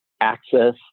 access